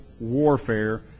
warfare